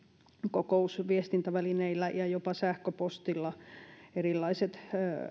kokousviestintävälineillä jopa sähköpostilla erilaiset